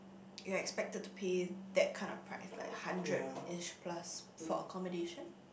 you are expected to pay that kind of price like hundred edge plus for accommodation